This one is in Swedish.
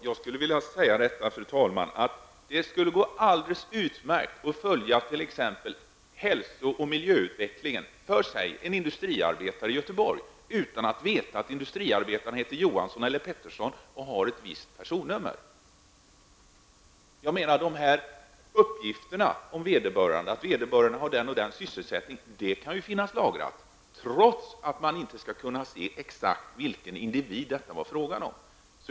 Fru talman! Jag vill påstå att det skulle gå alldeles utmärkt att följa t.ex. hälso och miljöutvecklingen för en industriarbetare i Göteborg utan att veta att industriarbetaren heter Johansson eller Pettersson och har ett visst personnummer. Uppgifterna att vederbörande har den eller den sysselsättningen kan ju finnas lagrade trots att man inte skall kunna se exakt vilken individ det är fråga om.